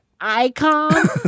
icon